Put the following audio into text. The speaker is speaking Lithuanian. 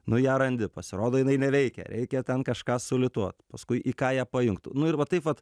nu ją randi pasirodo jinai neveikia reikia ten kažką sulituot paskui į ką ją pajungt nu ir va taip vat